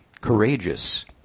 courageous